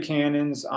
Cannon's